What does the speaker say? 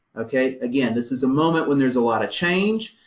ok, again, this is a moment when there's a lot of change.